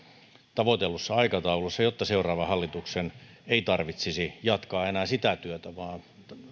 tavoitellussa aikataulussa jotta seuraavan hallituksen ei tarvitsisi jatkaa enää sitä työtä vaan